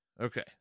okay